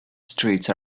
streets